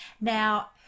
now